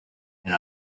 and